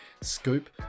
scoop